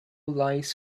lies